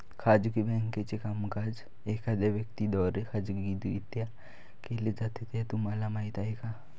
खाजगी बँकेचे कामकाज एखाद्या व्यक्ती द्वारे खाजगीरित्या केले जाते हे तुम्हाला माहीत आहे